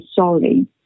sorry